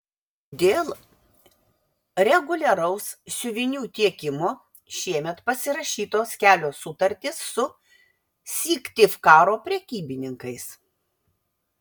dėl reguliaraus siuvinių tiekimo šiemet pasirašytos kelios sutartys su syktyvkaro prekybininkais